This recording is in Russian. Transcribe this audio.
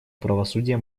правосудия